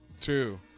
two